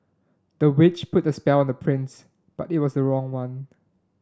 the witch put a spell on the prince but it was a wrong one